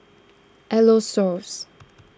Aerosoles